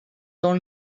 dans